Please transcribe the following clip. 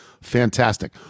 Fantastic